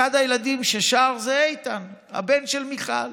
אחד הילדים ששרו זה איתן, הבן של מיכל.